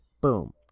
boom